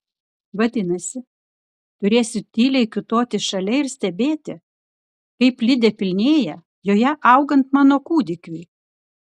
vadinasi turėsiu tyliai kiūtoti šalia ir stebėti kaip lidė pilnėja joje augant mano kūdikiui